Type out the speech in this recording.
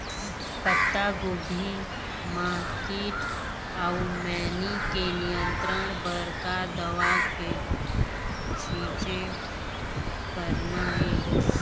पत्तागोभी म कीट अऊ मैनी के नियंत्रण बर का दवा के छींचे करना ये?